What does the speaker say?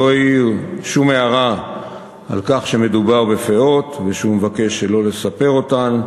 לא העיר שום הערה על כך שמדובר בפאות ושהוא מבקש שלא לספר אותן,